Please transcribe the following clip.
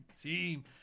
Team